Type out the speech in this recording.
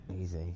Easy